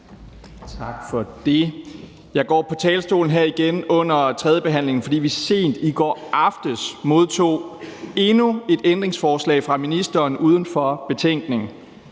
Tak for det. Jeg går på talerstolen her igen under tredjebehandlingen, fordi vi sent i går aftes modtog endnu et ændringsforslag fra ministeren uden for betænkning